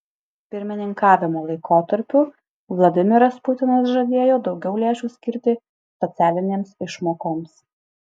pirmininkavimo laikotarpiu vladimiras putinas žadėjo daugiau lėšų skirti socialinėms išmokoms